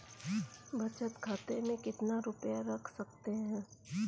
बचत खाते में कितना रुपया रख सकते हैं?